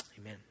amen